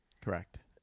correct